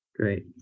Great